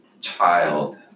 child